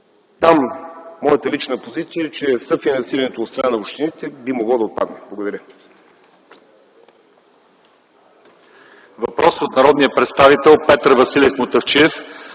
Там моята лична позиция е, че съфинансирането от страна на общините би могло да отпадне. Благодаря.